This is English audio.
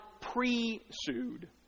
pre-sued